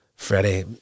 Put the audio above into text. Freddie